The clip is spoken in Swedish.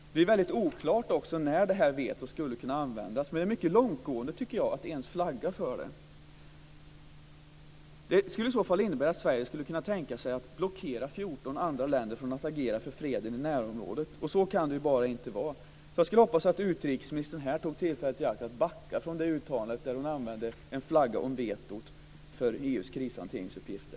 Det är också väldigt oklart när detta veto skulle kunna användas. Jag tycker att det är mycket långtgående att ens flagga för det. Det skulle innebära att Sverige skulle kunna tänka sig att blockera 14 andra länder från möjligheten att agera för fred i närområdet. Så kan det bara inte vara. Jag skulle hoppas att utrikesministern här tar tillfället i akt att backa från det uttalande där hon flaggar för möjligheten till veto vad gäller EU:s krishanteringsuppgifter.